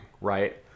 right